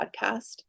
podcast